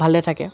ভালে থাকে